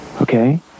Okay